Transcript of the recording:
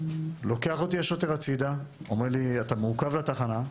השוטר לוקח אותי הצדה ואומר לי שאני מעוכב לתחנה.